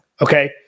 Okay